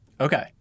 Okay